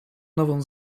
nową